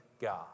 God